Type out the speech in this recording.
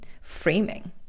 framing